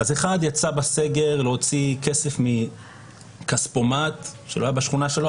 אחד יצא בסגר להוציא כסף מכספומט שלא היה בשכונה שלו,